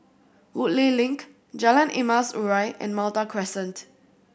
Woodleigh Link Jalan Emas Urai and Malta Crescent